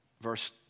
verse